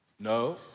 No